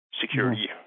security